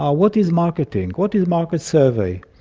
ah what is marketing, what is market survey?